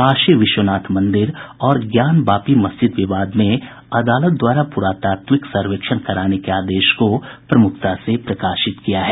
काशी विश्वनाथ मंदिर और ज्ञानवापी मस्जिद विवाद में अदालत द्वारा पुरातात्विक सर्वेक्षण कराने के आदेश को प्रमुखता से प्रकाशित किया है